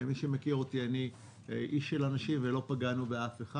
ומי שמכיר אותי אני איש של אנשים ולא פגענו באף אחד.